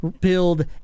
build